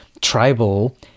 tribal